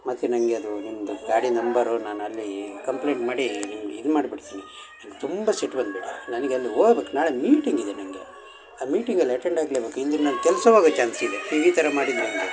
ಮತ್ತು ನನಗೆ ಅದು ನಿಮ್ಮದು ಗಾಡಿ ನಂಬರು ನಾನು ಅಲ್ಲೀ ಕಂಪ್ಲೇಂಟ್ ಮಾಡಿ ನಿಮ್ಗೆ ಇದು ಮಾಡ್ಬಿಡ್ತೀನಿ ನಂಗೆ ತುಂಬ ಸಿಟ್ಟು ಬಂದು ಬಿಟ್ಟಿದೆ ನನಗ್ ಅಲ್ಲಿ ಹೋಬೇಕ್ ನಾಳೆ ಮೀಟಿಂಗ್ ಇದೆ ನನಗೆ ಆ ಮೀಟಿಂಗಲ್ಲಿ ಅಟೆಂಡ್ ಆಗ್ಲೇಬೇಕು ಇಲ್ದಿದ್ರ್ ನನ್ನ ಕೆಲಸ ಹೋಗೋ ಚಾನ್ಸ್ ಇದೆ ನೀವು ಈ ಥರ ಮಾಡಿದ್ರೆ ಹೇಗೆ